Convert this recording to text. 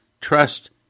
trust